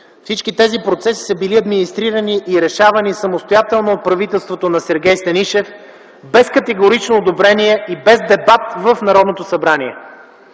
Всички тези процеси са били администрирани и решавани самостоятелно от правителството на Сергей Станишев, без категоричното одобрение и без дебат в Народното събрание.